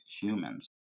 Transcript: humans